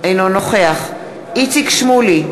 אינו נוכח איציק שמולי,